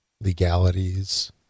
legalities